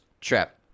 Trap